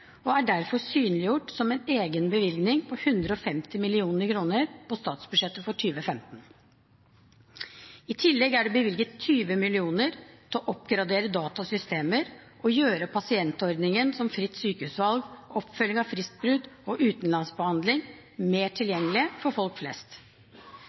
og er derfor synliggjort som en egen bevilgning på 150 mill. kr på statsbudsjettet for 2015. I tillegg er det bevilget 20 mill. kr til å oppgradere datasystemer og gjøre pasientordninger som fritt sykehusvalg, oppfølging av fristbrudd og utenlandsbehandling mer tilgjengelig for folk flest.